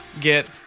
get